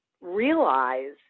realize